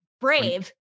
brave